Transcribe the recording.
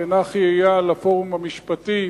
לנחי אייל מהפורום המשפטי,